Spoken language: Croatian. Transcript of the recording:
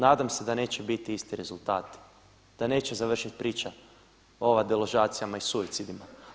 Nadam se da neće biti isti rezultati, da neće završit priča o deložacijama i suicidima.